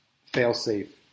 fail-safe